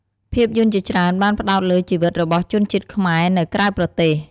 ភាពយន្តជាច្រើនបានផ្តោតលើ ជីវិតរបស់ជនជាតិខ្មែរនៅក្រៅប្រទេស។